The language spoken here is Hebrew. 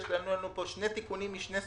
היו לנו שני תיקונים משני סוגים: